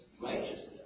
righteousness